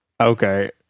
Okay